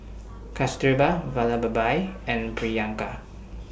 Kasturba Vallabhbhai and Priyanka